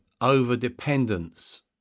over-dependence